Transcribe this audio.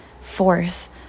force